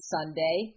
Sunday